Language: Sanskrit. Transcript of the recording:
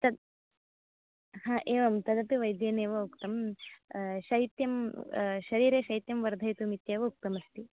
हा एवं तदपि वैद्येनेव उक्तं शैत्यं शरीरे शैत्यं वर्धेतुम् इत्येव उक्तमस्ति